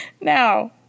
Now